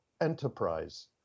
enterprise